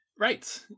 right